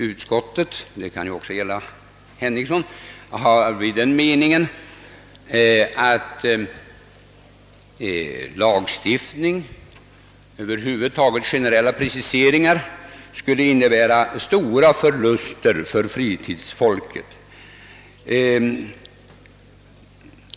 Utskottet — det kan ju också gälla herr Henningsson — har den meningen att lagstiftning och över huvud taget generella preciseringar skulle innebära stora förluster för fritidsfolket.